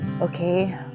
Okay